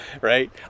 right